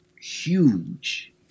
huge